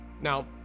Now